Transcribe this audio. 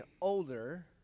older